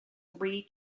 three